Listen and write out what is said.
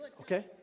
Okay